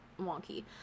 wonky